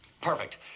Perfect